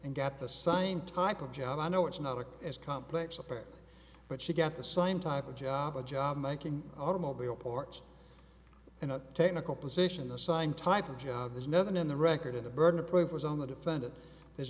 and got the same type of job i know it's not a as complex effect but she got the same type of job a job making automobile parts in a technical position the sign type of job there's nothing in the record of the burden of proof is on the defendant there's